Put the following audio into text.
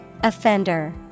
Offender